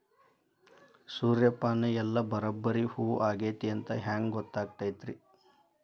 ಸೂರ್ಯಪಾನ ಎಲ್ಲ ಬರಬ್ಬರಿ ಹೂ ಆಗೈತಿ ಅಂತ ಹೆಂಗ್ ಗೊತ್ತಾಗತೈತ್ರಿ?